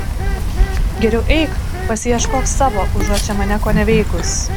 geriau eik pasiieškok savo užuot čia mane koneveikus